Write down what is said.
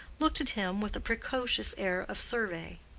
looked at him with a precocious air of survey.